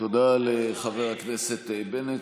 תודה לחבר הכנסת בנט.